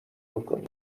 بکنی